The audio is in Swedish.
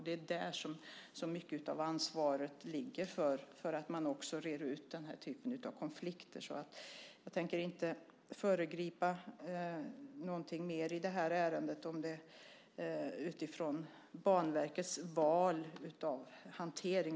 Det är där som mycket av ansvaret ligger för att man också reder ut den här typen av konflikter. Jag tänker inte föregripa någonting mer i det här ärendet utifrån Banverkets val av hantering.